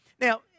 now